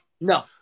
No